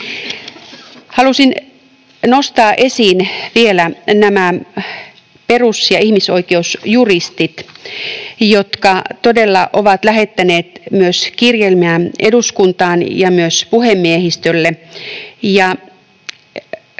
Halusin nostaa esiin vielä nämä perus- ja ihmisoikeusjuristit, jotka todella ovat lähettäneet myös kirjelmän eduskuntaan ja myös puhemiehistölle